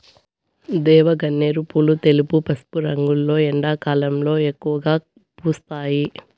దేవగన్నేరు పూలు తెలుపు, పసుపు రంగులో ఎండాకాలంలో ఎక్కువగా పూస్తాయి